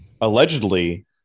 allegedly